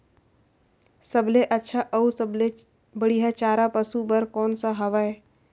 सबले अच्छा अउ बढ़िया चारा पशु बर कोन सा हवय?